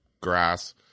grass